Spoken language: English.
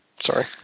Sorry